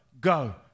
go